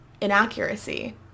inaccuracy